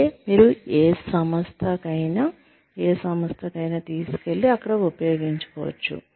అంటే మీరు ఏ సంస్థకైనా ఏ సంస్థకైనా తీసుకెళ్ళి అక్కడ ఉపయోగించుకోవచ్చు